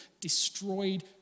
destroyed